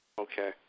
Okay